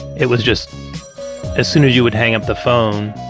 it was just as soon as you would hang up the phone,